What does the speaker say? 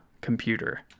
computer